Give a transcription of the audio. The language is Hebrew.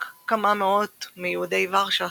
רק כמה מאות מיהודי ורשה שרדו.